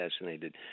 assassinated